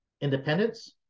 independence